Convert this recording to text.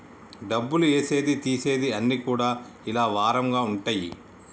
డబ్బులు ఏసేది తీసేది అన్ని కూడా ఇలా వారంగా ఉంటయి